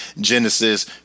Genesis